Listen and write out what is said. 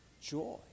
joy